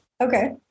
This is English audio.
Okay